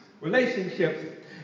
Relationships